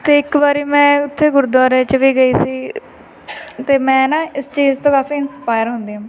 ਤੇ ਇੱਕ ਵਾਰੀ ਮੈਂ ਉਥੇ ਗੁਰਦੁਆਰੇ ਚ ਵੀ ਗਈ ਸੀ ਤੇ ਮੈਂ ਨਾ ਇਸ ਚੀਜ਼ ਤੋਂ ਕਾਫੀ ਇੰਸਪਾਇਰ ਹੁੰਦੀ ਹਾਂ